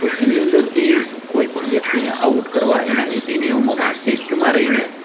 તો એની અંદરથી કોઈપણ વ્યક્તિને આઉટ કરવા એના નીતિ નિયમોમાં શિસ્તમાં રહીને